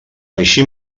així